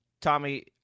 Tommy